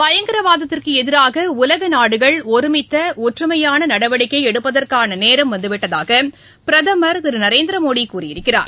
பயங்கரவாதத்திற்கு எதிராக உலக நாடுகள் ஒருமித்த ஒற்றுமையான நடவடிக்கை எடுப்பதற்கான நேரம் வந்துவிட்டதாக பிரதமர் திரு நரேந்திர மோடி கூறியிருக்கிறார்